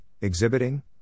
exhibiting